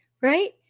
Right